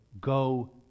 go